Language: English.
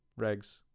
regs